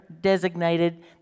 designated